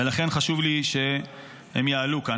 ולכן חשוב לי שהם יעלו כאן.